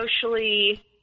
socially